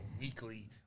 weekly